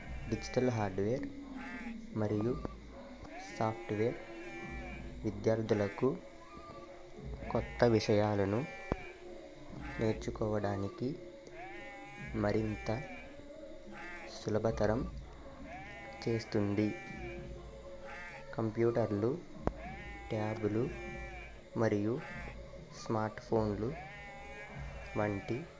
digital hardware మరియు software విద్యార్థులకు కొత్త విషయాలను నేర్చుకోవడానికి మరింత సులభతరం చేస్తుంది కంప్యూటర్లు ట్యాబులు మరియు స్మార్ట్ ఫోన్లు వంటి